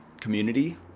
community